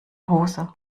hose